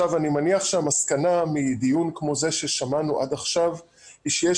אני מניח שהמסקנה מדיון כמו זה ששמענו עד עכשיו היא שיש